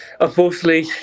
Unfortunately